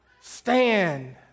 stand